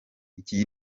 iki